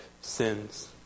sins